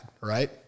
right